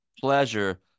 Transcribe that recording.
pleasure